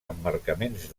emmarcaments